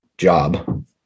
job